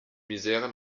misere